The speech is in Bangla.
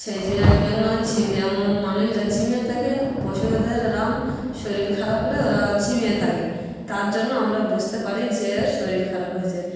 সেই যে জন্য ঝি যেমন মানুষরা ঝিমিয়ে থাকে পশুদের ওরম শরীল খারাপ হলে ওরাও ঝিমিয়ে থাকে তারজন্য আমরা বুঝতে পারি যে শরীর খারাপ হয়েছে